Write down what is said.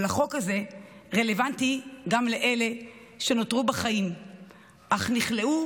אבל החוק הזה רלוונטי גם לאלה שנותרו בחיים אך נכלאו